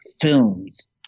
films